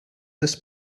this